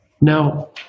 Now